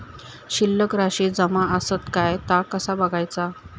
शिल्लक राशी जमा आसत काय ता कसा बगायचा?